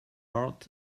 art